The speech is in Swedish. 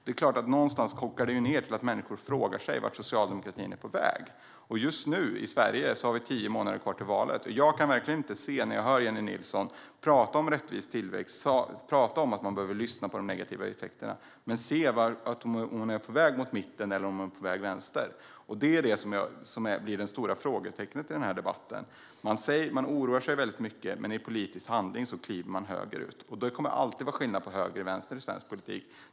Det är klart att det någonstans kokar ned till att människor frågar sig vart socialdemokratin är på väg. Just nu i Sverige är det tio månader kvar till valet. När jag hör Jennie Nilsson prata om rättvis tillväxt och att man behöver lyssna på de negativa effekterna kan jag inte se om hon är på väg mot mitten eller om hon är på väg åt vänster. Det är det som är det stora frågetecknet i den här debatten. Man oroar sig mycket, men i politisk handling kliver man högerut. Det kommer alltid att vara skillnad på höger och vänster i svensk politik.